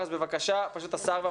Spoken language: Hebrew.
זה בשלושה חודשים,